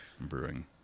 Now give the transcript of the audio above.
Brewing